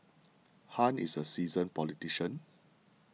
Han is a seasoned politician